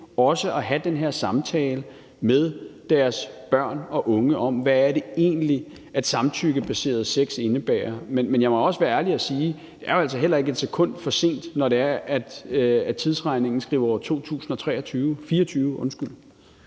til at have den her samtale med deres børn og unge om, hvad det egentlig er, samtykkebaseret sex indebærer. Men jeg må også være ærlig at sige, at det jo altså heller ikke er et sekund for sent, når vi i vores tidsregning skriver år 2024. Kl.